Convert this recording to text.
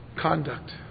Conduct